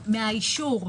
מהאישור,